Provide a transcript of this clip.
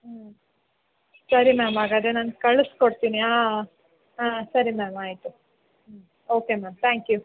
ಹ್ಞೂ ಸರಿ ಮ್ಯಾಮ್ ಹಾಗಾದ್ರೆ ನಾನು ಕಳಿಸ್ಕೊಡ್ತೀನಿ ಹಾಂ ಹಾಂ ಸರಿ ಮ್ಯಾಮ್ ಆಯಿತು ಹ್ಞೂ ಓಕೆ ಮ್ಯಾಮ್ ತ್ಯಾಂಕ್ ಯು